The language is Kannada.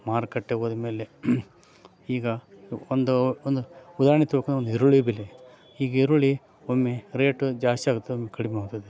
ಮಾರುಕಟ್ಟೆಗೆ ಹೋದ್ಮೇಲೆ ಈಗ ಒಂದು ಒಂದು ಉದಾಹರಣೆ ತಿಳ್ಕೊಂಡ್ರೆ ಒಂದು ಈರುಳ್ಳಿ ಬೆಲೆ ಈಗ ಈರುಳ್ಳಿ ಒಮ್ಮೆ ರೇಟು ಜಾಸ್ತಿ ಆಗುತ್ತೆ ಒಮ್ಮೆ ಕಡಿಮೆ ಆಗುತ್ತದೆ